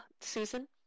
Susan